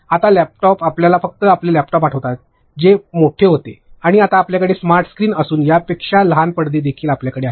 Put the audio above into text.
आता लॅपटॉप आपल्याला फक्त आपले लॅपटॉप आठवतात जे ते मोठे होते आणि आता आपल्याकडे स्मार्ट स्क्रीन असून यापेक्षा लहान पडदे देखील आपल्याकडे आहेत